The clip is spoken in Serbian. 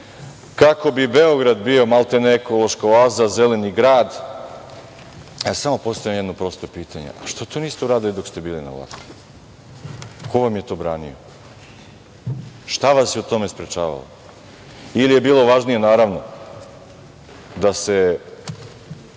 kako bi Beograd bio maltene ekološka oaza, zeleni grad, itd. Samo postavljam jedno prosto pitanje - a zašto to niste uradili dok ste bili na vlasti? Ko vam je to branio? Šta vas je u tome sprečavalo? Ili je bilo važnije, naravno, da se